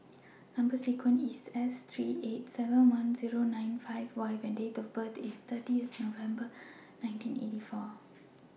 Number sequence IS S three eight seven one Zero nine five Y and Date of birth IS thirty November nineteen eighty four